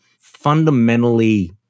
fundamentally